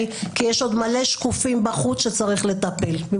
כי יש עוד מלא שקופים בחוץ שצריך לטפל בהם,